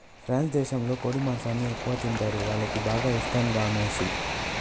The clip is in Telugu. ఫ్రాన్స్ దేశంలో కోడి మాంసాన్ని ఎక్కువగా తింటరు, వాళ్లకి బాగా ఇష్టం గామోసు